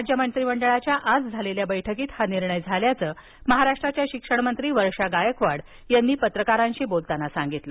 राज्य मंत्रिमंडळाच्या आज झालेल्या बैठकीत हा निर्णय झाल्याचं शिक्षण मंत्री वर्षा गायकवाड यांनी पत्रकारांशी बोलताना सांगितलं